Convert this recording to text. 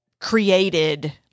created